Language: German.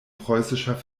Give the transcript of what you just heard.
preußischer